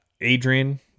Adrian